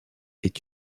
est